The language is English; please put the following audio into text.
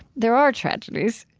there are tragedies.